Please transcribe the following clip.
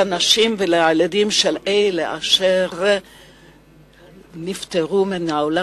לנשים ולילדים של אלה אשר עברו מן העולם